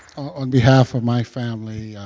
on behalf of my family,